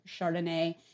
Chardonnay